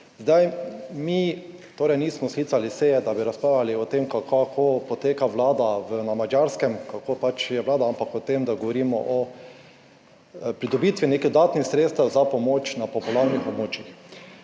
Mi torej nismo sklicali seje, da bi razpravljali o tem, kako poteka Vlada na Madžarskem, kako pač je Vlada, ampak o tem, da govorimo o pridobitvi nekih dodatnih sredstev za pomoč na poplavnih območjih.